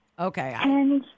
Okay